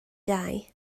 dau